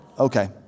Okay